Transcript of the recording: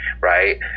right